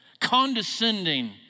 condescending